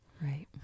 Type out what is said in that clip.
Right